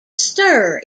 stir